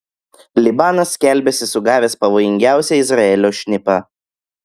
libanas skelbiasi sugavęs pavojingiausią izraelio šnipą